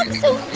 um so